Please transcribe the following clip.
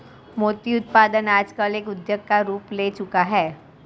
मोती उत्पादन आजकल एक उद्योग का रूप ले चूका है